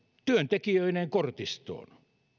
työntekijöineen kortistoon